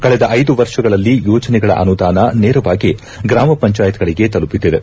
ಕಳೆದ ಐದು ವರ್ಷಗಳಲ್ಲಿ ಯೋಜನೆಗಳ ಅನುದಾನ ನೇರವಾಗಿ ಗ್ರಾಮ ಪಂಚಾಯತ್ಗಳಿಗೆ ತಲುಪುತ್ತಿದೆ